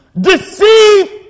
deceive